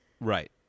Right